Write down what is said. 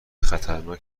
خطرناک